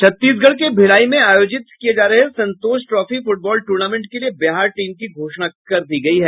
छत्तीसगढ़ के भिलाई में आयोजित किये जा रहे संतोष ट्रॉफी फुटबॉल टूर्नामेंट के लिये बिहार टीम की घोषणा कर दी गयी है